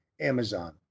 Amazon